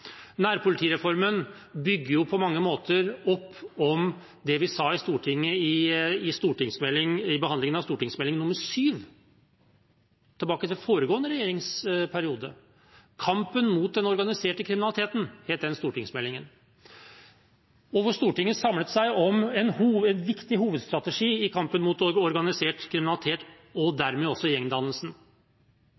Nærpolitireformen bygger på mange måter opp om det vi sa i Stortinget under behandlingen av Meld. St. 7 for 2010–2011, Kampen mot organisert kriminalitet, fra foregående regjerings periode, hvor Stortinget samlet seg om en viktig hovedstrategi i kampen mot organisert kriminalitet og